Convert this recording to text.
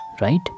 right